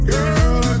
Girl